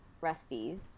rusty's